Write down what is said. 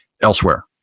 elsewhere